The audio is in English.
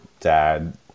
dad